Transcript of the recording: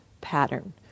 pattern